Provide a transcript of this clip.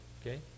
okay